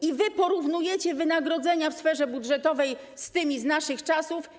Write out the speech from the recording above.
I wy porównujecie wynagrodzenia w sferze budżetowej z tymi z naszych czasów?